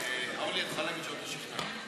אורלי, את יכולה להגיד שאותי שכנעת.